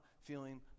feeling